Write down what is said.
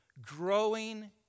growing